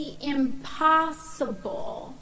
impossible